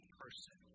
person